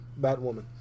Batwoman